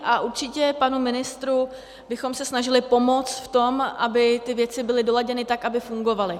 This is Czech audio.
A určitě panu ministru bychom se snažili pomoct v tom, aby ty věci byly doladěny tak, aby fungovaly.